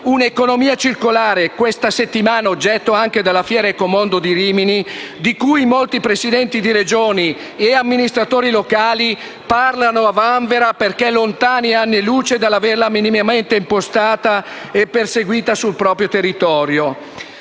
un'economia circolare oggetto, questa settimana, anche della fiera Ecomondo di Rimini, in cui molti Presidenti di Regioni e amministratori locali parlano a vanvera, perché lontani anni luce dall'averla minimamente impostata e perseguita sul proprio territorio.